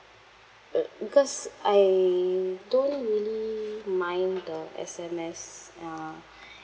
uh because I don't really mind the S_M_S uh